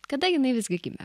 kada jinai visgi gimė